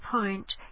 point